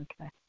okay